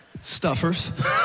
stuffers